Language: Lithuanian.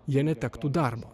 jie netektų darbo